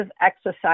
exercise